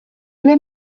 ble